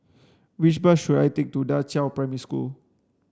which bus should I take to Da Qiao Primary School